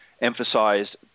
emphasized